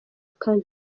kane